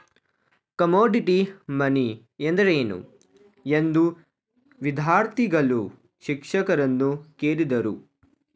Commodity money ಎಂದರೇನು? ಎಂದು ವಿದ್ಯಾರ್ಥಿಗಳು ಶಿಕ್ಷಕರನ್ನು ಕೇಳಿದರು